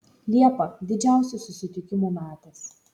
liepa didžiausių susitikimų metas